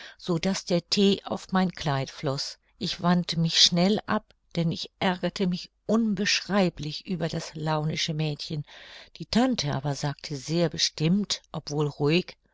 so daß der thee auf mein kleid floß ich wandte mich schnell ab denn ich ärgerte mich unbeschreiblich über das launische mädchen die tante aber sagte sehr bestimmt obwohl ruhig